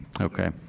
Okay